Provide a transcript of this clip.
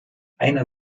einer